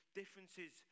Differences